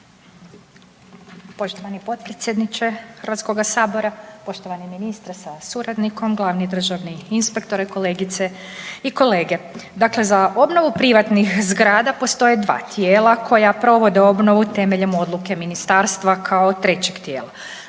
Poštovani potpredsjedniče Hrvatskoga sabora, poštovani ministre sa suradnikom, glavni državni inspektore, kolegice i kolege, dakle za obnovu privatnih zgrada postoje 2 tijela koja provode obnovu temeljem odluke ministarstva kao trećeg tijela.